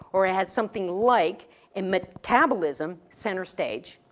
or has something like in metabolism, center stage.